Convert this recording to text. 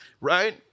right